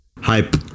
hype